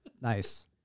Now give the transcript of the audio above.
Nice